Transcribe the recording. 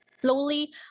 Slowly